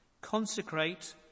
Consecrate